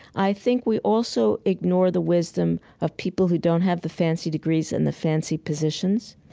i think we also ignore the wisdom of people who don't have the fancy degrees and the fancy positions.